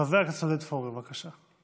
חבר הכנסת עודד פורר, בבקשה.